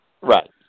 Right